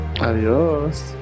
Adiós